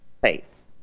faith